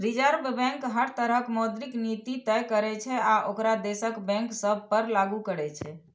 reserve bank हर तरहक मौद्रिक नीति तय करै छै आ ओकरा देशक बैंक सभ पर लागू करै छै